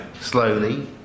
slowly